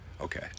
Okay